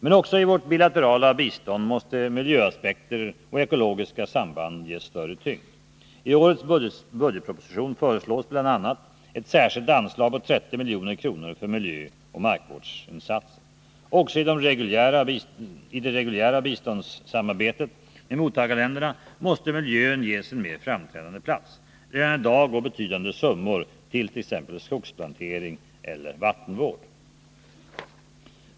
Men också i vårt bilaterala bistånd måste miljöaspekter och ekologiska samband ges större tyngd. I årets budgetproposition föreslås bl.a. ett särskilt anslag på 30 milj.kr. för miljöoch markvårdsinsatser. Också i det reguljära biståndssamarbetet i mottagarländerna måste miljön ges en mera framträdande plats. Redan i dag går betydande summor till t.ex. skogsplantering eller vattenvård.